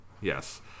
yes